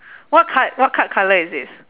what card what card colour is this